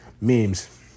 memes